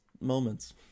moments